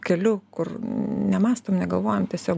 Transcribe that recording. keliu kur nemąstom negalvojam tiesiog